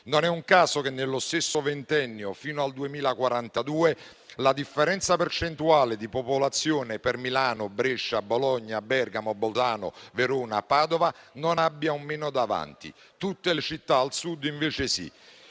Non è un caso che nello stesso ventennio, fino al 2042, la differenza percentuale di popolazione per Milano, Brescia, Bologna, Bergamo, Bolzano, Verona, Padova non abbia un meno davanti, in tutte le città al Sud invece sì.